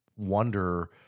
wonder